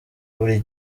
buri